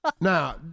Now